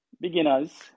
beginners